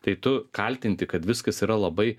tai tu kaltinti kad viskas yra labai